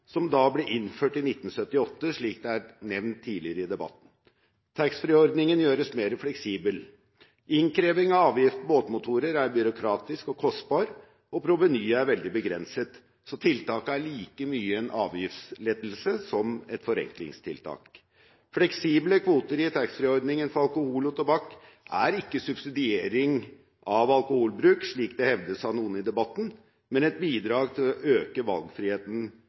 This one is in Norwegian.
ble innført i 1978, slik det er nevnt tidligere i debatten. Taxfree-ordningen gjøres mer fleksibel. Innkreving av avgift på båtmotorer er byråkratisk og kostbart, og provenyet er veldig begrenset, og så tiltaket er like mye en avgiftslettelse som et forenklingstiltak. Fleksible kvoter i taxfree-ordningen for alkohol og tobakk er ikke subsidiering av alkoholbruk, slik det hevdes av noen i debatten, men et bidrag til å øke valgfriheten